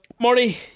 Marty